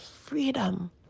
freedom